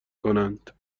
کنند